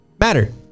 matter